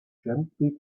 gently